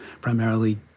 primarily